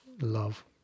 love